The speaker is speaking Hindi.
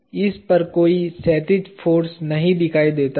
इस पर कोई क्षैतिज फाॅर्स नहीं दिखाई देता है